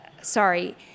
sorry